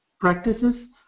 practices